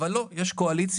אבל לא: יש קואליציה,